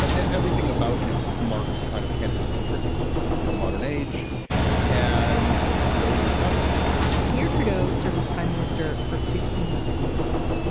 everything about him marked kind of canada's entrance into the modern age and justin trudeau is his son pierre trudeau serve as prime minister for fifteen years.